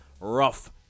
rough